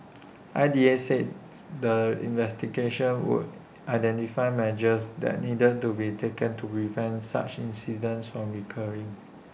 I D A said the investigations would identify measures that need to be taken to prevent such incidents from recurring